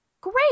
Great